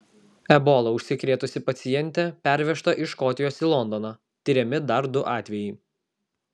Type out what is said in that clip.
ebola užsikrėtusi pacientė pervežta iš škotijos į londoną tiriami dar du atvejai